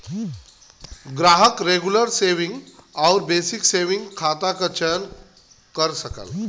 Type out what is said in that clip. ग्राहक regular saving आउर basic saving खाता क चयन कर सकला